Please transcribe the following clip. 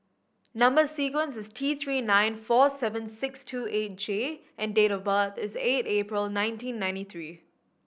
number sequence is T Three nine four seven six two eight J and date of birth is eight April nineteen ninety three